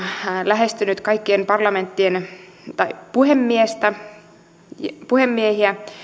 lähestynyt kaikkien parlamenttien puhemiehiä